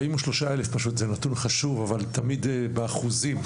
43 אלף זה נתון חשוב אבל תמיד באחוזים.